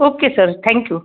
okay sir thank you